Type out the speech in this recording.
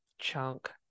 chunk